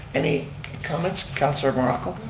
any comments? councilor morocco.